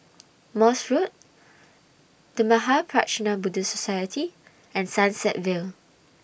Morse Road The Mahaprajna Buddhist Society and Sunset Vale